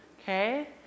Okay